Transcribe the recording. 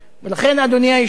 לכן, אדוני היושב-ראש,